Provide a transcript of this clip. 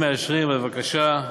אם מאשרים, אז בבקשה.